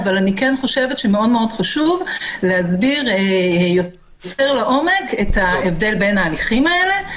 אבל אני חושבת שחשוב מאוד להסביר יותר לעומק את ההבדל בין ההליכים האלה.